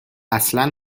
اصلا